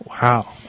Wow